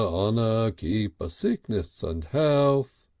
oner, keeper sickness and health.